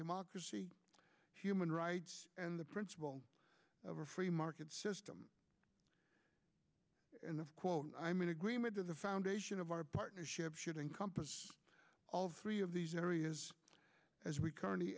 democracy human rights and the principle of a free market system and the quote i'm in agreement to the foundation of our partnership should encompass all three of these areas as we currently